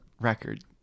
record